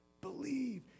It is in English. believe